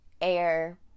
air